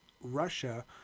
Russia